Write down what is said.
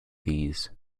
these